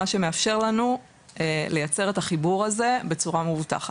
מה שמאפשר לנו לייצר את החיבור הזה בצורה מאובטחת.